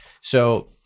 So-